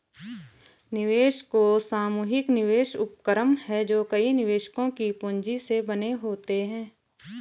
निवेश कोष सामूहिक निवेश उपक्रम हैं जो कई निवेशकों की पूंजी से बने होते हैं